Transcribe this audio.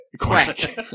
quack